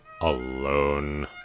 alone